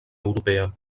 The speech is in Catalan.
europea